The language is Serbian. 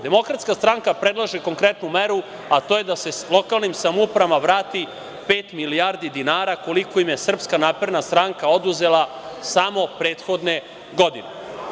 Demokratska stranka predlaže konkretnu meru, a to je da se lokalnim samoupravama vrati pet milijardi dinara koliko im je SNS oduzela samo prethodne godine.